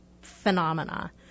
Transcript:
phenomena